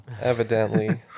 evidently